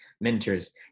mentors